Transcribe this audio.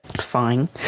Fine